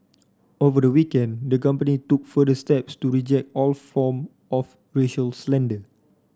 over the weekend the company took further steps to reject all form of racial slander